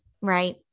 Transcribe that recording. Right